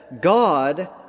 God